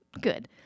Good